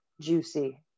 juicy